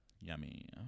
Yummy